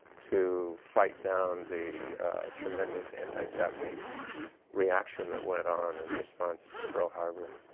to fight down the tremendous anti-japanese reaction that went on in response to pearl harbor.